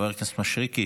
חבר הכנסת מישרקי,